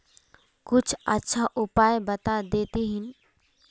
कुछ अच्छा उपाय बता देतहिन?